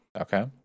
Okay